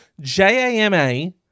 J-A-M-A